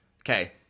Okay